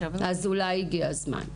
אז אולי הגיע הזמן.